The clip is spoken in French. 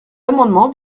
amendement